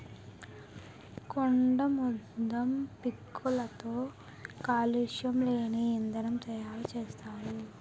కొండాముదం పిక్కలతో కాలుష్యం లేని ఇంధనం తయారు సేత్తారు